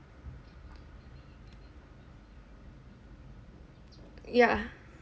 yeah